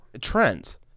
trends